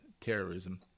terrorism